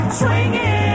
swinging